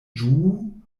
ĝuu